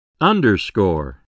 Underscore